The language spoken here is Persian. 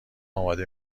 اماده